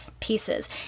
pieces